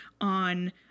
on